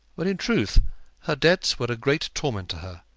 but in truth her debts were a great torment to her